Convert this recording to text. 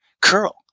curl